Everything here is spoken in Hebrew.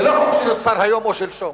זה לא חוק שנוצר היום או שלשום,